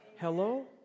Hello